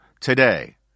today